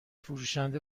فروشنده